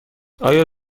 آیا